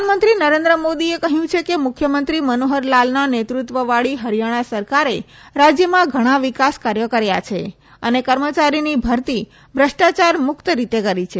પ્રધાનમંત્રી નરેન્દ્ર મોદીએ કહ્યું છે કે મુખ્યમંત્રી મનોહરલાલના નેતૃત્વવાળી હરિયાણા સરકારે રાજ્યમાં ઘણા વિકાસ કાર્ય કર્યા છે અને કર્મચારીની ભરતી ભ્રષ્ટાચાર મુક્ત રીતે કરી છે